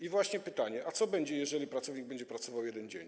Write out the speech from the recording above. I jest pytanie: A co będzie, jeżeli pracownik będzie pracował 1 dzień?